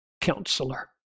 counselor